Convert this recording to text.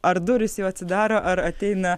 ar durys jau atsidaro ar ateina